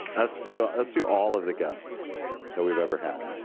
let's do let's do all of the guests that we've ever had.